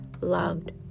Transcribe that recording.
loved